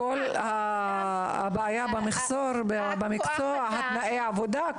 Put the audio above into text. כן, הבעיה של מחסור כוח אדם במקצוע ותנאי העבודה.